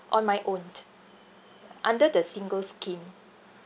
on my own under the single scheme